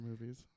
movies